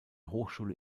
hochschule